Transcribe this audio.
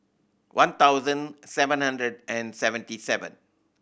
one thousand seven hundred and seventy seven